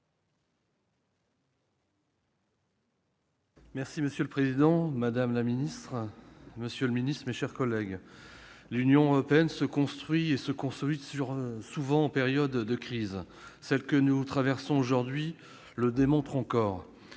Monsieur le président, madame la ministre, monsieur le ministre, mes chers collègues, l'Union européenne se construit et se consolide souvent en période de crise- celle que nous traversons le démontre encore.